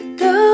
go